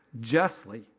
justly